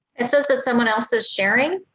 and so that someone else's sharing